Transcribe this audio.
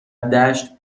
دشت